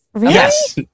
Yes